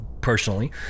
personally